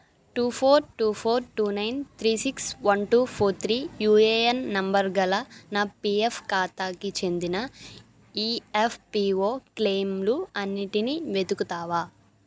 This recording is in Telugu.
two four two four two nine three six one two four three UAN number గల నా పిఎఫ్ ఖాతాకి చెందిన ఈఎఫ్పిఓ క్లెయిమ్లు అన్నిటినీ వెతుకుతావా